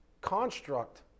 construct